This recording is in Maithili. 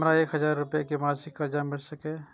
हमरा एक हजार रुपया के मासिक कर्जा मिल सकैये?